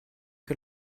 que